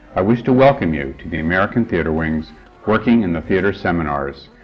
i wish to welcome you to the american theatre wing's working in the theatre seminars,